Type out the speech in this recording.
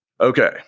okay